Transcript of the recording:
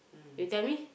you tell me